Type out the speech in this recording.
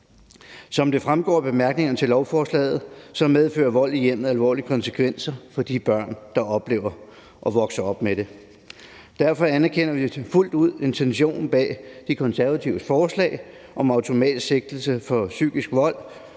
Som det fremgår af bemærkningerne til lovforslaget, medfører vold i hjemmet alvorlige konsekvenser for de børn, der oplever og vokser op med den. Derfor anerkender vi fuldt ud intentionen bag De Konservatives forslag om automatisk sigtelse for psykisk vold